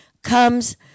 comes